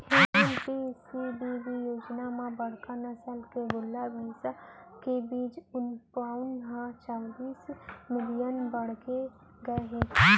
NPCBB योजना म बड़का नसल के गोल्लर, भईंस के बीज उत्पाउन ह चवालिस मिलियन बाड़गे गए हे